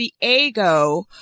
Diego